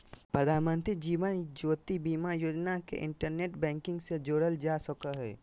प्रधानमंत्री जीवन ज्योति बीमा योजना के internet banking से जोड़ल जा सको हय